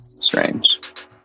Strange